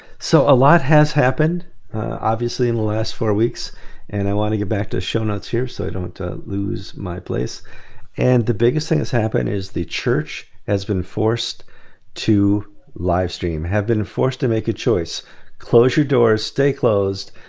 so a lot has happened obviously in the last four weeks and i want to get back to show notes here so i don't lose my place and the biggest thing that's happened is the church has been forced to livestream have been forced to make a choice close your doors, stay closed,